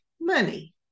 money